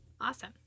Awesome